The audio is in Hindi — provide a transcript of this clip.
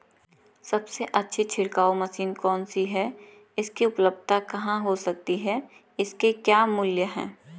सबसे अच्छी छिड़काव मशीन कौन सी है इसकी उपलधता कहाँ हो सकती है इसके क्या मूल्य हैं?